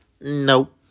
Nope